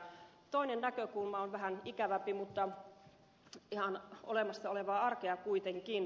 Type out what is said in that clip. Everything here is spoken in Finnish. toinen näkökulma on vähän ikävämpi mutta ihan olemassa olevaa arkea kuitenkin